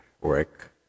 work